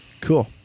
cool